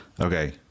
okay